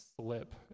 slip